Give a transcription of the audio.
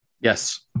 Yes